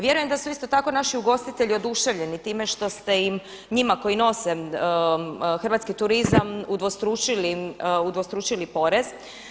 Vjerujem da su isto tako naši ugostitelji oduševljeni time što ste im njima koji nose hrvatski turizam udvostručili porez.